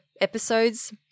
episodes